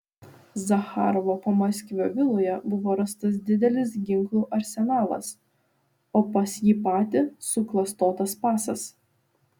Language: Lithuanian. zacharovo pamaskvio viloje buvo rastas didelis ginklų arsenalas o pas jį patį suklastotas pasas